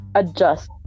adjust